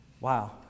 wow